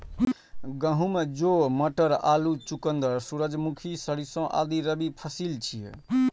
गहूम, जौ, मटर, आलू, चुकंदर, सूरजमुखी, सरिसों आदि रबी फसिल छियै